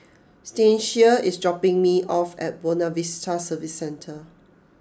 Stasia is dropping me off at Buona Vista Service Centre